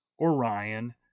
Orion